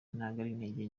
intege